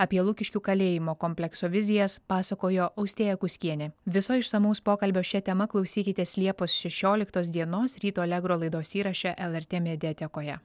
apie lukiškių kalėjimo komplekso vizijas pasakojo austėja kuskienė viso išsamaus pokalbio šia tema klausykitės liepos šešioliktos dienos ryto alegro laidos įraše lrt mediatekoje